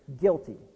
Guilty